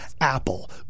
Apple